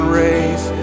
raise